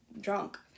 Drunk